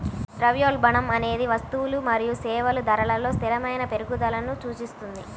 ద్రవ్యోల్బణం అనేది వస్తువులు మరియు సేవల ధరలలో స్థిరమైన పెరుగుదలను సూచిస్తుంది